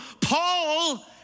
Paul